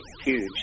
huge